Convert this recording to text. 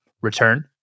return